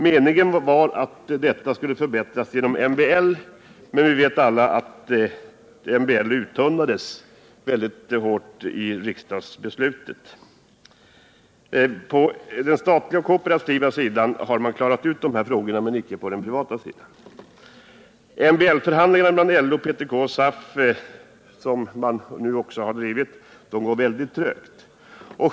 Meningen var att förhållandena skulle förbättras genom MBL, men vi vet alla att MBL uttunnades väldigt hårt genom riksdagsbeslutet. På den statliga och koope rativa sidan har man klarat ut de här frågorna, men inte på den privata sidan. MBL-förhandlingarna mellan LO, PTK och SAF, som man nu också har drivit, går väldigt trögt.